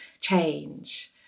change